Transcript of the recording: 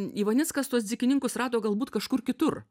ivanickas tuos dzykininkus rado galbūt kažkur kitur